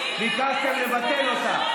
ולאחר מכן ביקשתם לבטל אותה.